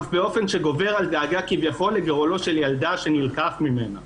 אף באופן שגובר על הדאגה כביכול לגורלו של ילדה שנלקח ממנה